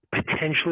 potentially